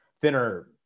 thinner